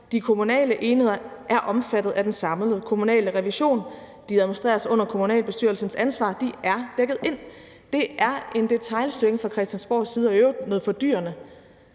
De kommunale enheder er omfattet af den samlede kommunale revision, og de administreres under kommunalbestyrelsens ansvar, og de er dækket ind. Det er en detailstyring fra Christiansborgs side, og det er i øvrigt fordyrende,